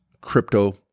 crypto